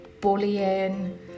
bullying